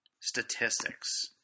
statistics